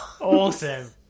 Awesome